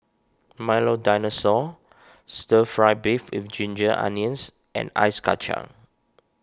Milo Dinosaur Stir Fry Beef with Ginger Onions and Ice Kacang